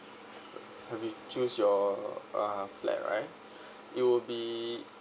having choose your uh flat right it will be